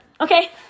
Okay